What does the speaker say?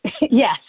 Yes